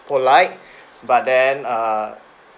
polite but then err